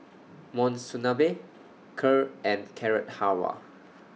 Monsunabe Kheer and Carrot Halwa